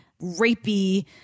rapey